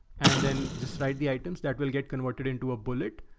and then just write the items that will get converted into a bullet.